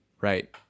right